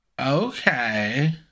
Okay